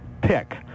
pick